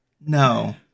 No